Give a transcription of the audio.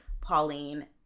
Pauline